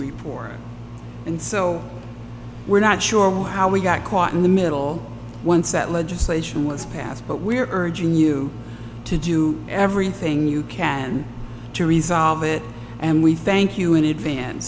report and so we're not sure how we got caught in the middle once that legislation was passed but we're urging you to do everything you can to resolve it and we thank you